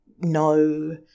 no